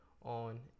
on